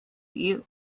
you